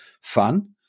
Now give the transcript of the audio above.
fun